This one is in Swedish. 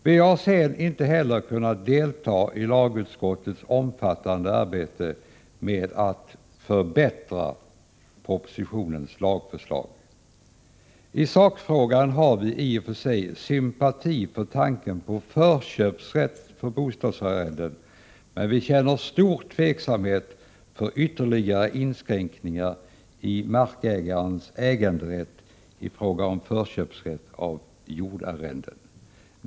Vi har sedan inte heller kunnat delta i lagutskottets omfattande arbete med att förbättra propositionens lagförslag. I sakfrågan har vi i och för sig sympati för tanken på förköpsrätt till bostadsarrenden, men vi känner stor tveksamhet för ytterligare inskränkningar i markägares äganderätt i fråga om förköpsrätt till jordarrenden.